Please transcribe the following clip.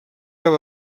cap